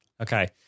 Okay